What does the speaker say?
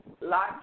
Lots